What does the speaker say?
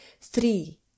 Three